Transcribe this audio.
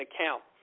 account